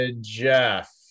Jeff